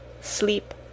sleep